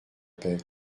paix